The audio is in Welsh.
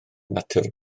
natur